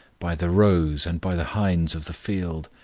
by the roes, and by the hinds of the field,